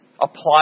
Apply